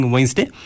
Wednesday